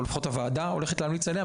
או לפחות הוועדה הולכת להמליץ עליה,